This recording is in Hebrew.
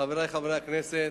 תודה, חברי חברי הכנסת,